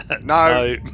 No